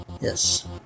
Yes